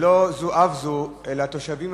ולא זו אף זו, התושבים